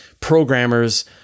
programmers